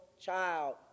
child